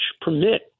permit